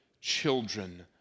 children